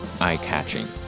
eye-catching